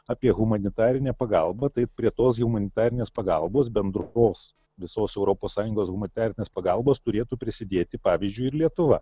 apie humanitarinę pagalbą taip prie tos humanitarinės pagalbos bendros visos europos sąjungos humanitarinės pagalbos turėtų prisidėti pavyzdžiui ir lietuva